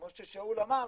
כמו ששאול אמר,